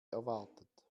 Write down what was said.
erwartet